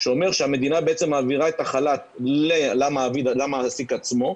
שאומר שהמדינה מעבירה את החל"ת למעסיק עצמו,